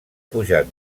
pujat